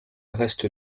reste